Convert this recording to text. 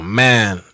man